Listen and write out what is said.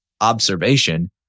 Observation